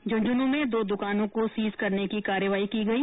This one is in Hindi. झुंझुनूं में दो दुकानों को सीज करने की कार्रवाई की गई